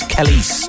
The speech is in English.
Kelly's